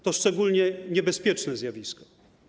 To szczególnie niebezpieczne zjawisko.